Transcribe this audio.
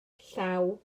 llaw